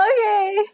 Okay